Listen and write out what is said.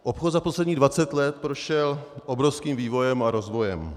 Obchod za posledních 20 let prošel obrovským vývojem a rozvojem.